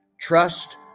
Trust